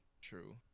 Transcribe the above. True